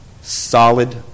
solid